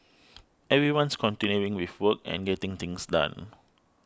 everyone's continuing with work and getting things done